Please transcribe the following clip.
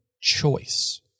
choice